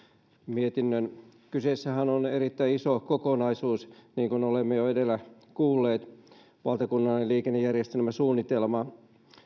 mietinnön kyseessähän on erittäin iso kokonaisuus niin kuin olemme jo edellä kuulleet valtakunnallinen liikennejärjestelmäsuunnitelma